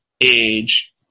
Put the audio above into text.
age